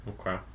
Okay